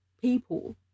people